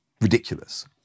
ridiculous